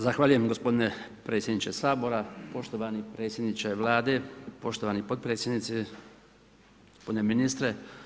Zahvaljujem gospodine predsjedniče Sabora, poštovani predsjedniče Vlade, poštovani potpredsjednici, gospodine ministre.